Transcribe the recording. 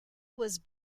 was